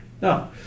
No